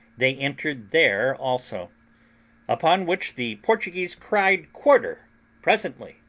they entered there also upon which the portuguese cried quarter presently,